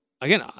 Again